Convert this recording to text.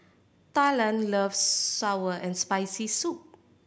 Talan loves sour and Spicy Soup